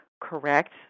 correct